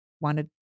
wanted